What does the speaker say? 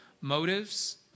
motives